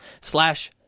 slash